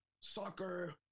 soccer